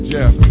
Jeff